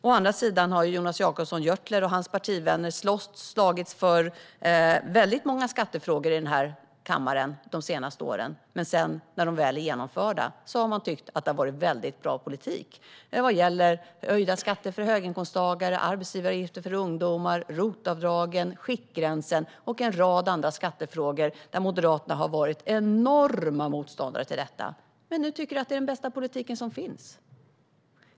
Å andra sidan har Jonas Jacobsson Gjörtler och hans partivänner slagits för väldigt många skattefrågor här i kammaren de senaste åren. Sedan, när den väl är genomförd, har man tyckt att det har varit väldigt bra politik. Det gäller höjda skatter för höginkomsttagare, arbetsgivaravgifter för ungdomar, ROT-avdragen, skiktgränsen och en rad andra skattefrågor. Moderaterna har varit enorma motståndare till detta, men nu tycker de att det är den bästa politik som finns.